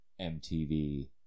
MTV